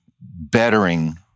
bettering